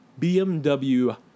BMW